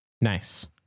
Nice